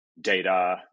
data